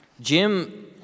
Jim